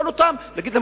להגיד להם,